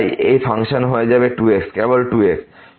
তাই এই ফাংশন হয়ে যাবে 2x কেবল 2x